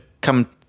come